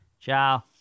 Ciao